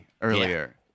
earlier